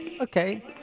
okay